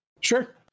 Sure